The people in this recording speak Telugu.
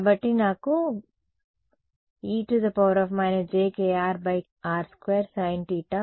కాబట్టి నాకు e jkrr2 sin θϕ వచ్చింది